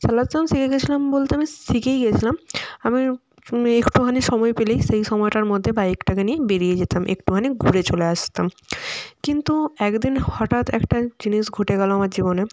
চালাতেও শিখে গিয়েছিলাম বলতে আমি শিখেই গিয়েছিলাম আমি একটুখানি সময় পেলেই সেই সময়টার মধ্যে বাইকটাকে নিয়ে বেড়িয়ে যেতাম একটুখানি ঘুরে চলে আসতাম কিন্তু একদিন হঠাৎ একটা জিনিস ঘটে গেল আমার জীবনে